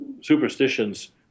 superstitions